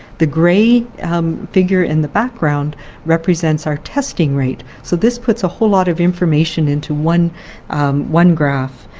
the grey figure in the background represents our testing rate. so this puts a whole lot of information into one one graph.